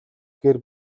гэр